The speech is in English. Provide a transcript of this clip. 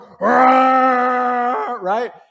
right